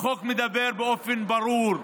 החוק מדבר באופן ברור: